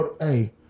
Hey